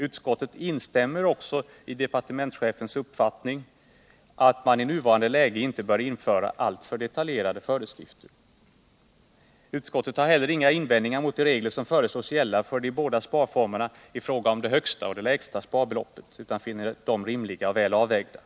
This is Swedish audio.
Utskottet instämmer också I departementschefens uppfattning att man i nuvarande läge inte bör införa alltför detaljerade föreskrifter. Utskottet har heller inga invändningar att göra mot de regler som föreslås gälla för de båda sparformerna i fråga om det högsta och det lägsta sparbeloppet, utan man finner dem rimliga och väl avvigda.